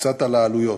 קצת על העלויות: